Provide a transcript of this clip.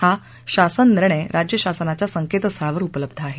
हा शासन निर्णय राज्य शासनाच्या संकेतस्थळावर उपलब्ध आहे